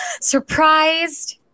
surprised